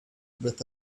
with